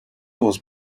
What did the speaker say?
was